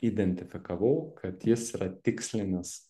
identifikavau kad jis yra tikslinis